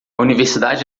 universidade